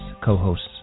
co-hosts